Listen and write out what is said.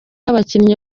abakinnyi